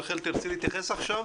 רחל, תרצי להתייחס אליהן?